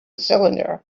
cylinder